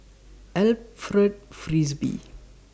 Alfred Frisby